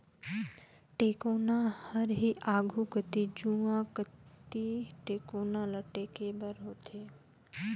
टेकोना हर ही आघु कती जुवा कती टेकोना ल टेके बर होथे